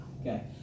okay